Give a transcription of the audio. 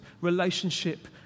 relationship